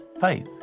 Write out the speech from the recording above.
faith